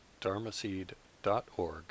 dharmaseed.org